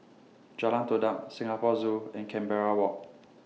Jalan Todak Singapore Zoo and Canberra Walk